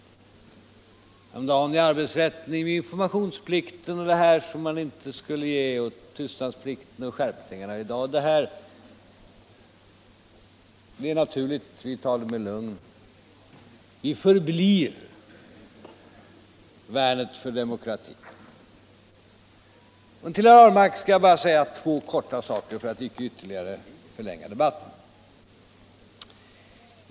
Häromdagen var det i fråga om arbetsrätten, informationsplikten och tystnadsplikten och i dag på det område vi nu diskuterar. Vi tar det med lugn. Vi förblir värnet för demokratin. Till herr Ahlmark skall jag bara säga två korta saker för att inte ytterligare förlänga debatten.